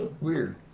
Weird